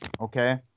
okay